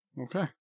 okay